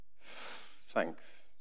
Thanks